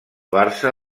barça